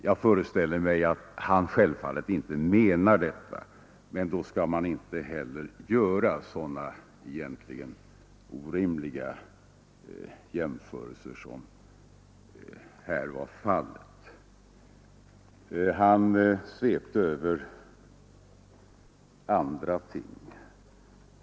Jag föreställer mig att han självfallet inte menar detta, men då skall man inte göra sådana orimliga jämförelser som det här var fråga om. Herr Ringaby svepte över andra ting.